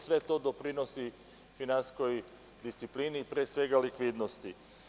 Sve to doprinosi finansijskoj disciplini i pre svega likvidnosti.